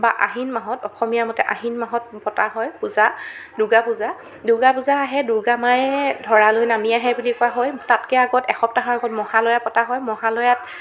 বা আহিন মাহত অসমীয়া মতে আহিন মাহত পতা হয় পূজা দূৰ্গা পূজা দূৰ্গা পূজা আহে দূৰ্গা মায়ে ধৰালৈ নামি আহে বুলি কোৱা হয় তাতকৈ আগত এসপ্তাহৰ আগত মহালয়া পতা হয় মহালয়াত